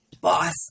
boss